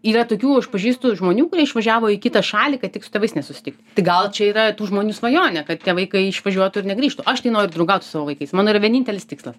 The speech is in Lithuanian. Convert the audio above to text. yra tokių aš pažįstu žmonių kurie išvažiavo į kitą šalį kad tik su tėvais nesusitikt tai gal čia yra tų žmonių svajonė kad tie vaikai išvažiuotų ir negrįžtų aš tai noriu draugaut su savo vaikais mano yra vienintelis tikslas